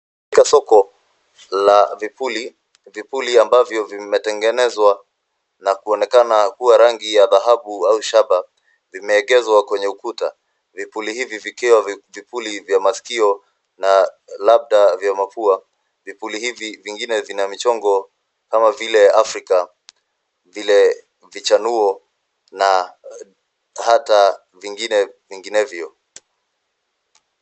Katika soko la vipuli, vipuli ambavyo vimetengenezwa na kuonekana kuwa rangi ya dhahabu au shaba vimeegezwa kwenye ukuta. Vipuli hivi vikiwa vipuli vya maskio na labda vya pua. Vipuli hivi vingine vina michongo kama vile afrika, vile vichanuo na hata vinginevyo.